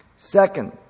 Second